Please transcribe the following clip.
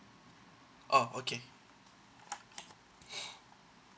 oh okay